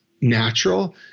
natural